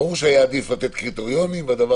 ברור שהיה עדיף לתת קריטריונים והדבר